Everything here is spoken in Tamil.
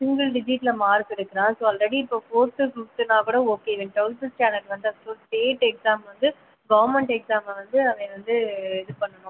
சிங்கிள் டிஜிட்டில் மார்க் எடுக்கிறான் ஸோ ஆல்ரெடி இப்போது ஃபோர்த்து ஃபிஃப்த்துனாக் கூட ஓகே இவன் டுவெல்த்து ஸ்டாண்டர்ட் வந்தாச்சு ஸ்டேட் எக்ஸாம் வந்து கவர்மெண்ட் எக்ஸாமை வந்து அவன் வந்து இது பண்ணணும்